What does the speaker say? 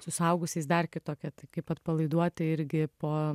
su suaugusiais dar kitokia tai kaip atpalaiduoti irgi po